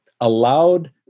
allowed